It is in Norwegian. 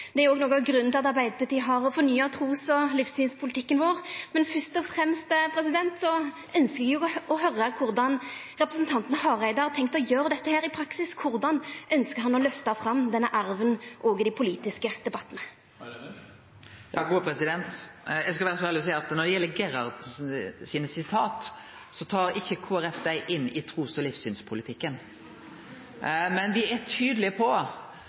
Det er òg noko av grunnen til at Arbeidarpartiet har fornya trus- og livssynspolitikken sin. Men først og fremst ønskjer eg å høyra korleis representanten Hareide har tenkt å gjera dette i praksis. Korleis ønskjer han å løfta fram denne arven òg i dei politiske debattane? Eg skal vere så ærleg å seie at når det gjeld sitata frå Gerhardsen, tar ikkje Kristeleg Folkeparti dei inn i trus- og livssynspolitikken. Men me er tydelege på